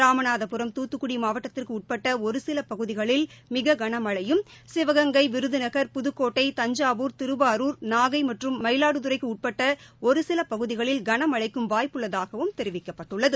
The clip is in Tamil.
ராமநாதபுரம் தூத்துக்குடி மாவட்டத்திற்கு உட்பட்ட ஒரு சில பகுதிகளில் மிக கன மழையும் சிவகங்கை விருதுநகர் புதுக்கோட்டை தஞ்சாவூர் திருவாரூர் நாகை மற்றும் மயிலாடுதுறைக்கு உட்பட்ட ஒரு சில பகுதிகளில் கனமழைக்கு வாய்ப்பு உள்ளதாகவும் தெரிவிக்கப்பட்டுள்ளது